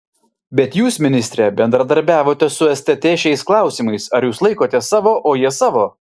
bet jūs ministre bendradarbiavote su stt šiais klausimais ar jūs laikotės savo o jie savo